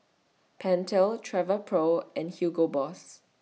Pentel Travelpro and Hugo Boss